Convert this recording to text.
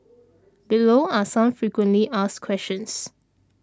below are some frequently asked questions